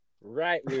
Right